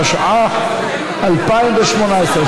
התשע"ח 2018,